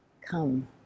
come